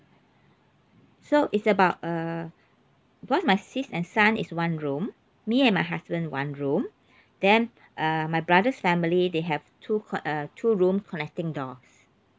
so it's about err because my sis and son is one room me and my husband one room then uh my brother's family they have two co~ uh two room connecting doors